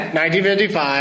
1955